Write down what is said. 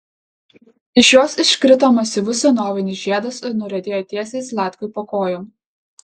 iš jos iškrito masyvus senovinis žiedas ir nuriedėjo tiesiai zlatkui po kojom